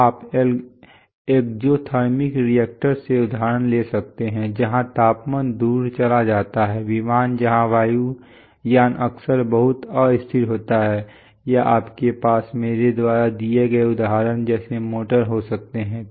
तो आप एक्ज़ोथिर्मिक रिएक्टरों से उदाहरण ले सकते हैं जहां तापमान दूर चला जाता है विमान जहां वायुयान अक्सर बहुत अस्थिर होते हैं या आपके पास मेरे द्वारा दिए गए उदाहरण जैसे मोटर हो सकते हैं